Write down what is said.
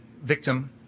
victim